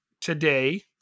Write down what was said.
today